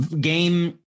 game